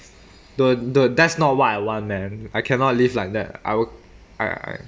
dude dude that's not what I want man I cannot live like that I would I I